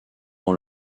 dans